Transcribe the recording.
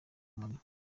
kumanywa